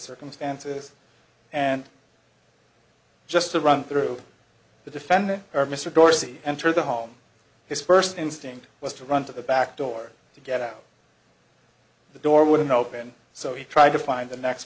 circumstances and just to run through the defendant or mr dorsey enter the home his first instinct was to run to the back door to get out the door wouldn't open so he tried to find the next